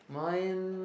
mine